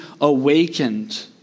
awakened